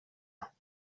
ans